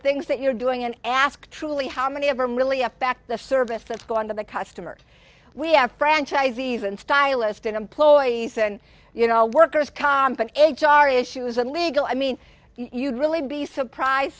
things that you're doing and ask truly how many of them really affect the service that's going to the customer we have franchisees and stylist and employees and you know workers comp and h r issues and legal i mean you'd really be surprised